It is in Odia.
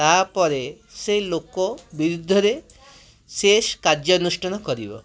ତା'ପରେ ସେ ଲୋକ ବିରୁଦ୍ଧରେ ସେ କାର୍ଯ୍ୟ ଅନୁଷ୍ଠାନ କରିବ